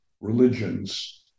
religions